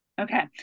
Okay